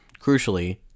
Crucially